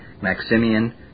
Maximian